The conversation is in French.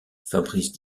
fabrice